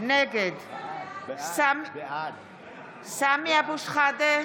נגד סמי אבו שחאדה,